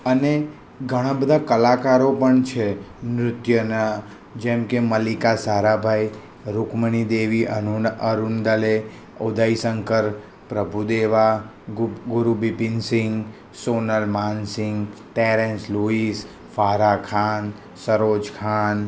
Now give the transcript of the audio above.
અને ઘણાં બધાં કલાકારો પણ છે નૃત્યના જેમ કે Mallika Sarabhai Rukmini Devi Aruna Arundale Uday Shankar Prabhu Deva Guru Bipin Singh Sonal Mansingh Terence Lewis Farah Khan Saroj Khan